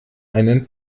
einen